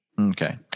Okay